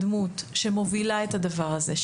הדמות שמובילה את הדבר הזה,